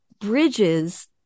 bridges